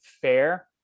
fair